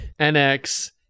NX